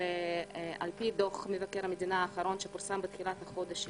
על פי דוח מבקר המדינה האחרון שפורסם בתחילת החודש,